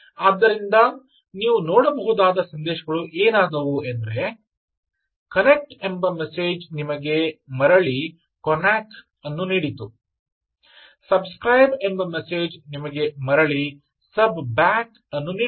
ಆದ್ದರಿಂದ ನೀವು ನೋಡಬಹುದಾದ ಸಂದೇಶಗಳು ಏನಾದವು ಎಂದರೆ 'ಕನೆಕ್ಟ್' ಎಂಬ ಮೆಸೇಜ್ ನಿಮಗೆ ಮರಳಿ ಕೊನಾಕ್ ಅನ್ನು ನೀಡಿತು ಸಬ್ ಸ್ಕ್ರೈಬ್ ಎಂಬ ಮೆಸೇಜ್ ನಿಮಗೆ ಮರಳಿ ಸಬ್ ಬ್ಯಾಕ್ ಅನ್ನು ನೀಡಿತು